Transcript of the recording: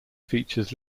features